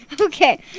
Okay